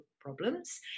problems